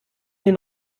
den